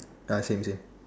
ya same same